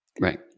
Right